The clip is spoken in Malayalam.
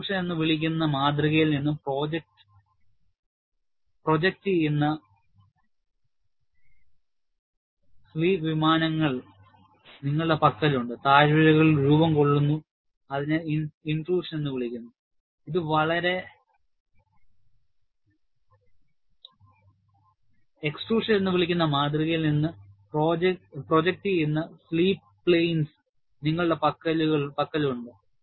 എക്സ്ട്രൂഷൻ എന്ന് വിളിക്കുന്ന മാതൃകയിൽ നിന്ന് പ്രൊജക്റ്റ് ചെയ്യുന്ന സ്ലിപ്പ് പ്ലെയ്ൻസ് നിങ്ങളുടെ പക്കലുണ്ട്